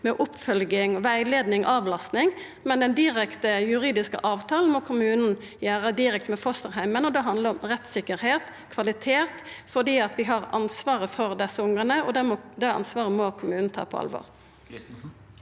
med oppfølging, rettleiing og avlasting, men den juridiske avtalen må kommunen gjera direkte med fosterheimen. Det handlar om rettssikkerheit og kvalitet, for vi har ansvaret for desse ungane, og det ansvaret må kommunen ta på alvor. Turid Kristensen